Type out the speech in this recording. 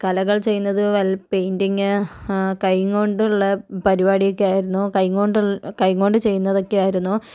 കലകൾ ചെയ്യുന്നത് പെയിൻറിംഗ് കൈയ്യും കൊണ്ടുള്ള പരിപാടിയൊക്കെ ആയിരുന്നു കൈയ്യും കൊണ്ട് കൈയ്യും കൊണ്ട് ചെയ്യുന്നതൊക്കെയായിരുന്നു